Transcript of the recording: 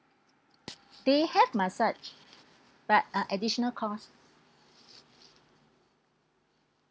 they have massage but uh additional costs